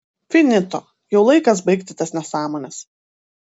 finito jau laikas baigti tas nesąmones